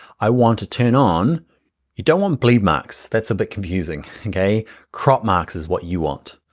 i want to turn on you don't want bleed marks. that's a bit confusing, okay crop marks is what you want,